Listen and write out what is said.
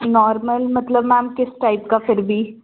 normal मतलब ma'am किस type का फिर भी